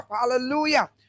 Hallelujah